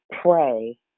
pray